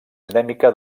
endèmica